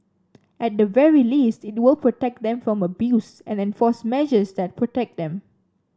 at the very least it will protect them from abuse and enforce measures that protect them